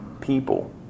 people